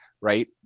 right